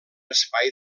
espai